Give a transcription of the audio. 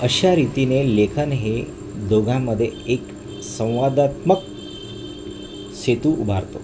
अशा रीतीने लेखन हे दोघांमध्ये एक संवादात्मक सेतू उभारतो